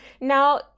Now